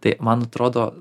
tai man atrodo